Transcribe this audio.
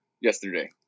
yesterday